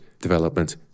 development